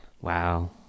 wow